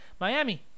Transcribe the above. Miami